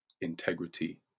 integrity